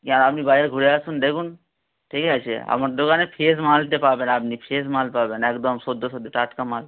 যান আপনি বাজার ঘুরে আসুন দেখুন ঠিক আছে আমার দোকানে ফ্রেশ মালটা পাবেন আপনি ফ্রেশ মাল পাবেন একদম সদ্য সদ্য টাটকা মাল